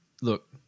look